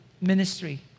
ministry